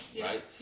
right